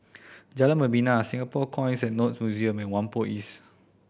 Jalan Membina Singapore Coins and Notes Museum and Whampoa East